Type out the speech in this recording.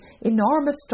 enormous